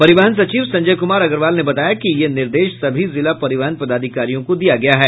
परिवहन सचिव संजय कुमार अग्रवाल ने बताया कि यह निर्देश सभी जिला परिवहन पदाधिकारियों को दिया गया है